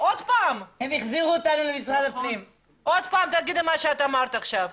תגידי עוד פעם את מה שאמרת עכשיו.